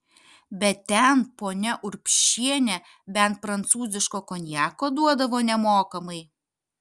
bet ten ponia urbšienė bent prancūziško konjako duodavo nemokamai